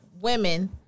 women